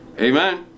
Amen